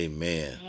Amen